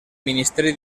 ministeri